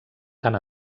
tant